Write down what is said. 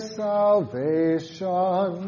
salvation